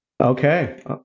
Okay